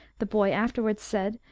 the boy afterwards said,